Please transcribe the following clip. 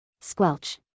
Squelch